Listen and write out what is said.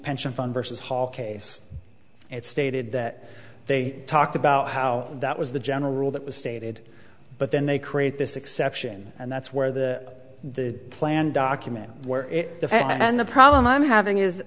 pension fund versus hall case it's stated that they talked about how that was the general rule that was stated but then they create this exception and that's where the plan document where it and the problem i'm having is